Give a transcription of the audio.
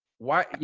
why, you